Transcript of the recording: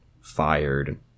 fired